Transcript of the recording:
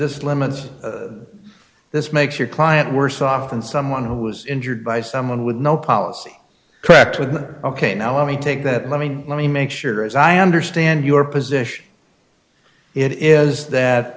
this limits this makes your client worse off than someone who was injured by someone with no policy correct with ok now let me take that let me let me make sure as i understand your position it is that